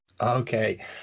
Okay